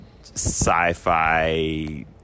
sci-fi